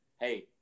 hey